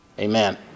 Amen